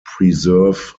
preserve